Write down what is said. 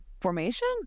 formation